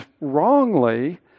wrongly